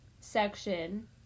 section